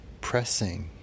pressing